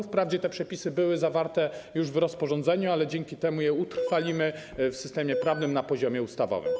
Wprawdzie te przepisy były zawarte już w rozporządzeniu, ale dzięki temu je utrwalimy w systemie prawnym na poziomie ustawowym.